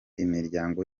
imiryango